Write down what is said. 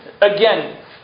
again